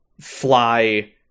fly